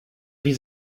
wie